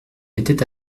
était